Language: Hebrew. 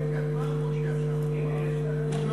כמה חברי כנסת נשארו?